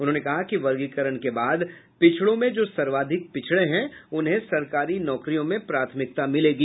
उन्होंने कहा कि वर्गीकरण के बाद पिछड़ों में जो सर्वाधिक पिछड़े हैं उन्हें सरकारी नौकरियों में प्राथमिकता मिलेगी